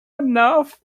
enough